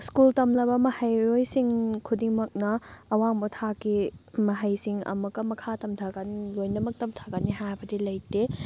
school ꯇꯝꯂꯕ ꯃꯍꯩꯔꯣꯏꯁꯤꯡ ꯈꯨꯗꯤꯡꯃꯛꯅ ꯑꯋꯥꯡꯕ ꯊꯥꯛꯀꯤ ꯃꯍꯩꯁꯤꯡ ꯑꯃꯨꯛꯀ ꯃꯈꯥ ꯇꯝꯊꯒ ꯂꯣꯏꯅꯃꯛ ꯇꯝꯊꯒꯅꯤ ꯍꯥꯏꯕꯗꯤ ꯂꯩꯇꯩ